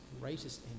greatest